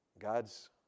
God's